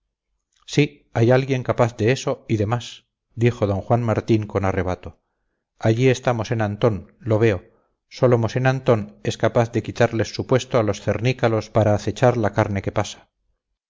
sí hay alguien capaz de eso y de más dijo d juan martín con arrebato allí está mosén antón lo veo sólo mosén antón es capaz de quitarles su puesto a los cernícalos para acechar la carne que pasa